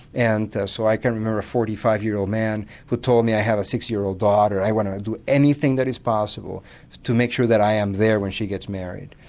and so i can remember a forty five year old man who told me i have a six year old daughter, i want to do anything that is possible to make sure that i am there when she gets married'.